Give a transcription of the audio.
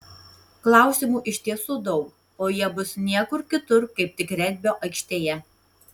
klausimų iš tiesų daug o jie bus niekur kitur kaip tik regbio aikštėje